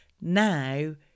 Now